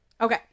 Okay